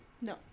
No